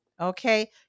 Okay